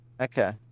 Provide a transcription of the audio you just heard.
Okay